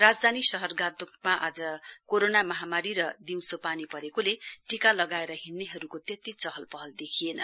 राजधानी शहर गान्तोकमा आज कोरोना महामारी र दिउँसो पानी परेकोले टीका लगाएर हिइनेहरुको त्यत्ति चहलपहल देखिएन्